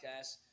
podcast